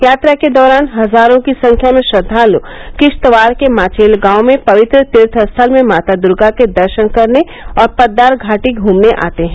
यात्रा के दौरान हजारों की संख्या में श्रद्वालु किश्तवाड़ के माचेल गांव में पवित्र तीर्थस्थल में माता दुर्गा के दर्शन करने और पद्दार घाटी घूमने आते हैं